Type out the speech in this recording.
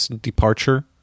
departure